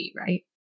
right